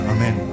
Amen